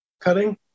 cutting